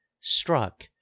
struck